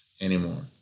anymore